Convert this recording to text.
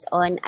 on